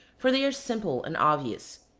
for they are simple and obvious.